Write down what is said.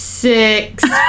Six